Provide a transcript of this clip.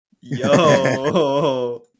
Yo